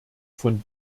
von